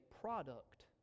product